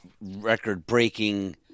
record-breaking